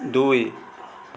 ଦୁଇ